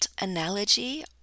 analogy